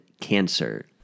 cancer